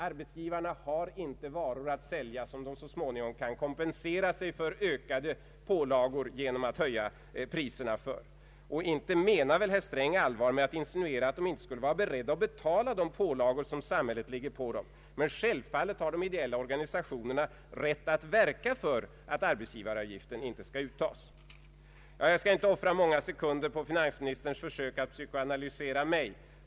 Arbetsgivarna har inte varor att sälja, med vilkas hjälp de så småningom skulle kunna kompensera sig för ökade pålagor genom att höja priserna. Inte menar väl herr Sträng allvar med insinuationen att de inte skulle vara beredda att betala de pålagor som samhället lägger på dem? Men självfallet har de ideella organisationerna rätt att verka för att arbetsgivaravgiften inte skall uttas. Jag skall inte offra många sekunder på finansministerns försök att psykoanalysera mig.